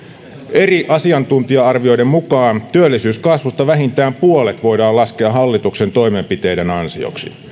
eri asiantuntija arvioiden mukaan työllisyyskasvusta vähintään puolet voidaan laskea hallituksen toimenpiteiden ansioksi